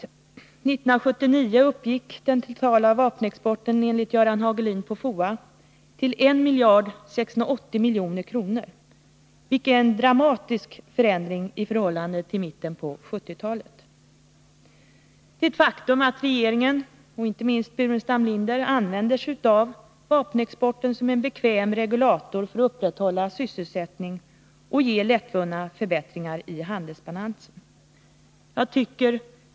1979 uppgick den totala vapenexporten till 1 680 milj.kr., enligt Göran Hagelin på FOA, vilket är en dramatisk förändring i förhållande till i mitten av 1970-talet. Det är ett faktum att regeringen och inte minst Staffan Burenstam Linder använder sig av vapenexporten som en bekväm regulator för att upprätthålla sysselsättning och ge lättvunna förbättringar i handelsbalansen.